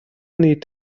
need